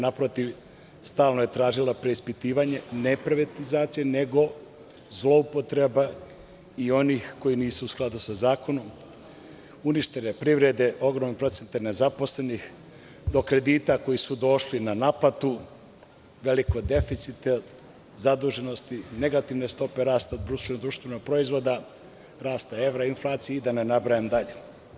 Naprotiv, stalno je tražila preispitivanje ne privatizacije, nego zloupotreba i onih koji nisu u skladu sa zakonom, uništene privrede, ogromnog procenta nezaposlenih, do kredita koji su došli na naplatu, velikog deficita, zaduženosti, negativne stope rasta BDP, rasta evra, inflacije, i da ne nabrajam dalje.